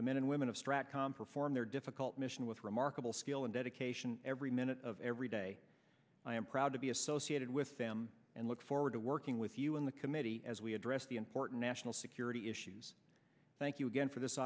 the men and women of strat com perform their difficult mission with remarkable skill and dedication every minute of every day i am proud to be associated with them and look forward to working with you in the committee as we address the important national security issues thank you again for this